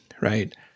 Right